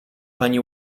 pani